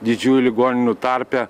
didžiųjų ligoninių tarpe